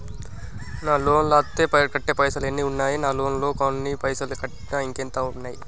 నా లోన్ లా అత్తే కట్టే పైసల్ ఎన్ని ఉన్నాయి నా లోన్ లా కొన్ని పైసల్ కట్టిన ఇంకా ఎంత ఉన్నాయి?